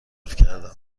کردم